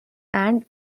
and